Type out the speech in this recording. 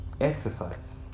exercise